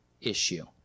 issue